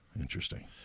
interesting